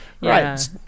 right